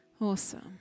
Awesome